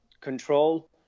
control